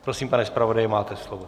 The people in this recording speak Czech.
Prosím, pane zpravodaji, máte slovo.